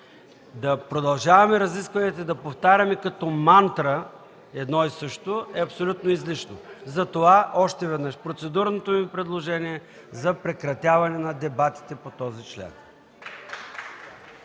Да продължаваме разискванията и да повтаряме като мантра едно и също е абсолютно излишно. Затова още веднъж: процедурното ми предложение е за прекратяване на дебатите по този член.